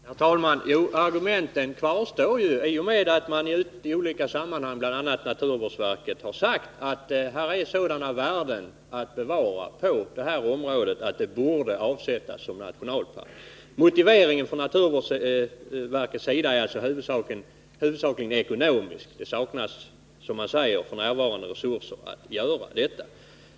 Herr talman! Argumenten kvarstår i och med att det i många olika sammanhang, bl.a. av naturvårdsverket, har sagts att sådana värden finns inom det här området att det borde avsättas till nationalpark. Motiveringen bakom naturvårdsverkets uttalande är huvudsakligen den ekonomiska situationen — som jag sade saknar bolaget f. n. resurser för att fullgöra sina åtaganden.